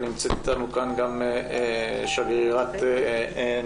ונמצאת איתנו כאן שגרירת נפאל,